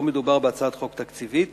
לא מדובר בהצעת חוק תקציבית